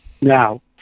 Now